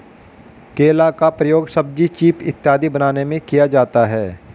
केला का प्रयोग सब्जी चीफ इत्यादि बनाने में किया जाता है